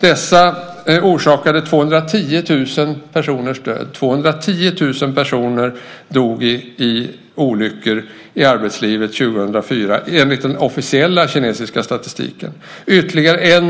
Dessa orsakade 210 000 personers död. 210 000 personer dog i olyckor i arbetslivet 2004, enligt den officiella kinesiska statistiken. Ytterligare 1